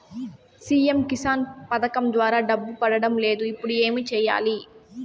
CM Kisan పథకం ద్వారా డబ్బు పడడం లేదు ఇప్పుడు ఏమి సేయాలి